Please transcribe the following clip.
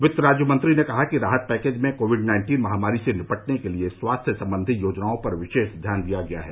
वित्त राज्यमंत्री ने कहा कि राहत पैकेज में कोवड नाइन्टीन महामारी से निपटने के लिये स्वास्थ्य संबंधी योजनाओं पर विशेष ध्यान दिया गया है